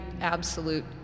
absolute